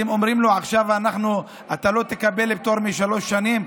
אתם אומרים לו: עכשיו אתה לא תקבל פטור של שלוש שנים,